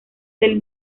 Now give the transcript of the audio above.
del